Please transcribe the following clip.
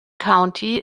county